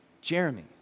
Jeremy